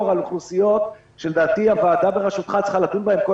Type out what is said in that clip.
על אוכלוסיות שלדעתי הוועדה בראשותך צריכה לדון בהן כל